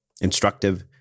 instructive